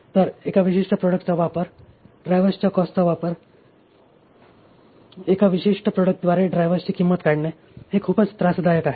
तर एका विशिष्ट प्रॉडक्टचा वापर ड्रायव्हर्सच्या कॉस्टचा वापर एका विशिष्ट प्रोडक्टद्वारे ड्रायव्हर्सची किंमत काढणे हे खूप त्रासदायक काम आहे